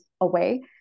away